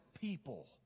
people